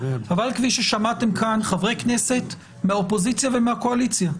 אבל כפי ששמעתם כאן חברי כנסת מהאופוזיציה ומהקואליציה,